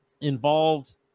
involved